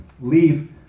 leave